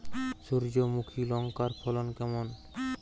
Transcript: সূর্যমুখী লঙ্কার ফলন কেমন?